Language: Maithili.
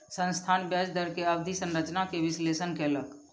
संस्थान ब्याज दर के अवधि संरचना के विश्लेषण कयलक